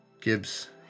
Gibbs